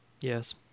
Yes